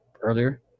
earlier